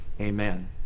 amen